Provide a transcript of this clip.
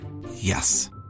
Yes